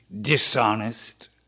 dishonest